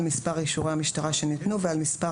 על מספר אישורי המשטרה שניתנו ועל מספר